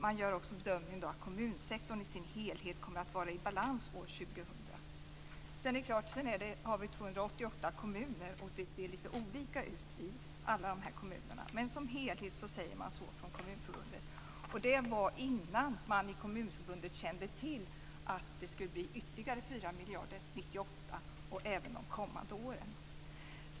Man gör också bedömningen att kommunsektorn i dess helhet kommer att vara i balans år Vi har 288 kommuner, och det är klart att det ser litet olika ut i alla dessa kommuner. Men det är den helhetsbedömning Kommunförbundet gör. Det var innan man i Kommunförbundet kände till att det skulle bli ytterligare 4 miljarder 1998, och även de kommande åren.